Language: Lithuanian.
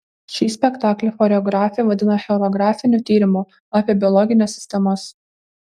šį spektaklį choreografė vadina choreografiniu tyrimu apie biologines sistemas